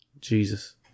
Jesus